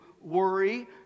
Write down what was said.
worry